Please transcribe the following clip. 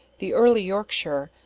the early yorkshire,